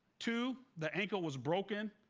two, the ankle was broken,